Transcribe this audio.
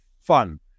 fun